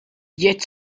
yet